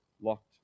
locked